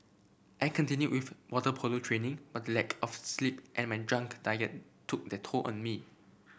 I continued with water polo training but the lack of sleep and my junk diet took their toll on me